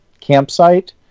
campsite